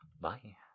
Bye